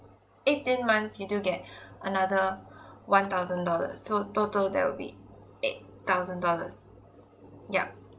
eighteen months you do get another one thousand dollars so total there will be eight thousand dollars yup